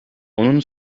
onun